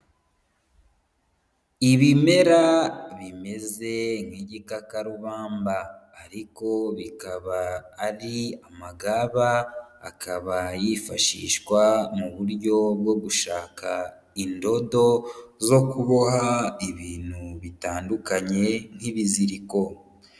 Ibimera bimeze nk'igikakarubamba. Ariko bikaba ari amagaba, akaba yifashishwa mu buryo bwo gushaka indodo zo kuboha ibintu bitandukanye, nk'ibiziriko.